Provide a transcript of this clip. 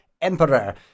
emperor